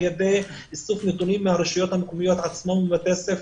ידי איסוף נתונים מהרשויות המקומיות עצמן ומבתי הספר.